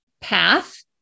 path